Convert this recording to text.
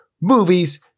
Movies